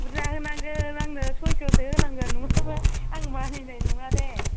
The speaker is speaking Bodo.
बुरजा होनांगोन आंनो सयस'सो होनांगोन आंनो नङाब्ला आं मानिनाय नङा दे